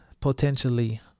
potentially